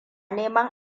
neman